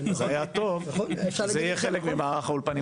אז היה טוב שזה יהיה חלק מהמערך לאולפנים